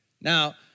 Now